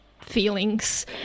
feelings